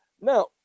Now